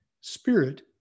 spirit